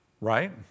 right